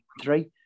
three